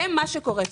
זה מה שקורה כאן.